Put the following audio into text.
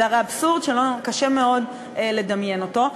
זה הרי אבסורד שקשה מאוד לדמיין אותו.